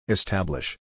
Establish